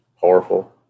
powerful